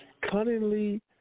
cunningly